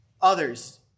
others